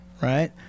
Right